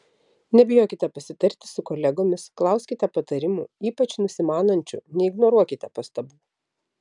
nebijokite pasitarti su kolegomis klauskite patarimų ypač nusimanančių neignoruokite pastabų